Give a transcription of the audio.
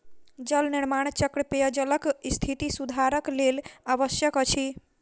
जल निर्माण चक्र पेयजलक स्थिति सुधारक लेल आवश्यक अछि